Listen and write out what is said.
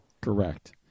correct